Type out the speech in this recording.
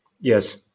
Yes